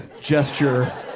gesture